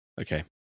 Okay